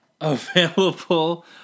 available